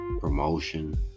promotion